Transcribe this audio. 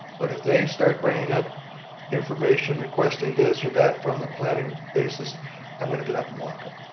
but if they start bringing up information requesting this or that from the planning basis i'm going to get up and walk out.